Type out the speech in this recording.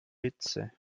hitze